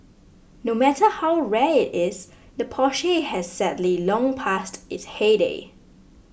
no matter how rare it is the Porsche has sadly long passed its heyday